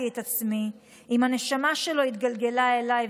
את עצמי אם הנשמה שלו התגלגלה אליי,